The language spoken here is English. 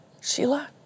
Sheila